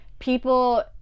People